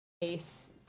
Case